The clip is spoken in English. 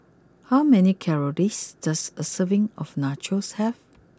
how many calories does a serving of Nachos have